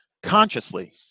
Consciously